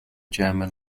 german